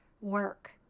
work